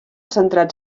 centrats